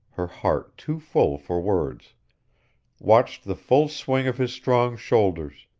her heart too full for words watched the full swing of his strong shoulders,